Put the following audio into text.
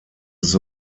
his